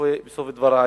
בסוף דברי